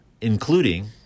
including